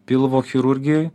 pilvo chirurgijoj